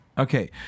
Okay